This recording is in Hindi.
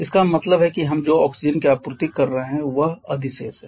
इसका मतलब है कि हम जो ऑक्सीजन की आपूर्ति कर रहे हैं वह अधिशेष है